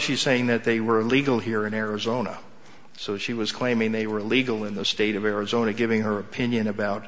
she's saying that they were illegal here in arizona so she was claiming they were illegal in the state of arizona giving her opinion about